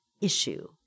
issue